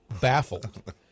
baffled